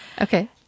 Okay